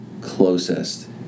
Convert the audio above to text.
closest